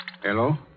Hello